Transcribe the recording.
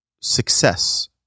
success